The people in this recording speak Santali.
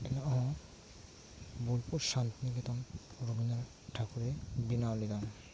ᱮᱱᱦᱚᱸ ᱵᱳᱞᱯᱩᱨ ᱥᱟᱱᱛᱤᱱᱤᱠᱮᱛᱚᱱ ᱨᱚᱵᱤᱱᱫᱨᱚ ᱴᱷᱟᱠᱩᱨᱮ ᱵᱮᱱᱟᱣ ᱞᱮᱫᱟ